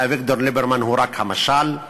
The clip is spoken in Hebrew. ואביגדור ליברמן הוא רק המשל,